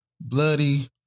bloody